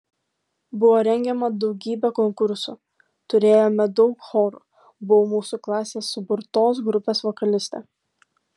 buvo rengiama daugybė konkursų turėjome daug chorų buvau mūsų klasės suburtos grupės vokalistė